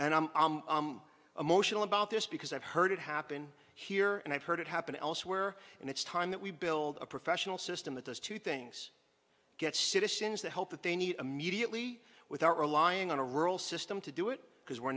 i'm emotional about this because i've heard it happen here and i've heard it happen elsewhere and it's time that we build a professional system that those two things get citizens the help that they need immediately without relying on a rural system to do it because we're